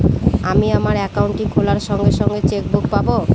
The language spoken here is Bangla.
আমি আমার একাউন্টটি খোলার সঙ্গে সঙ্গে চেক বুক পাবো?